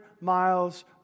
miles